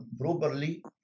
properly